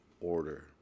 order